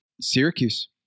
Syracuse